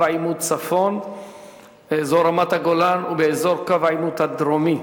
העימות צפון ואזור רמת-הגולן ובאזור קו העימות הדרומי.